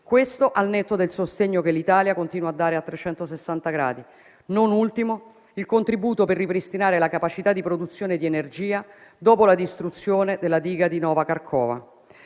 civili, al netto del sostegno che l'Italia continua a dare a 360 gradi, non ultimo il contributo per ripristinare la capacità di produzione di energia dopo la distruzione della diga di Nova Kakhovka.